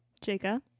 Jacob